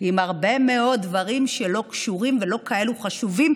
עם הרבה מאוד דברים שלא קשורים ולא כאלה חשובים.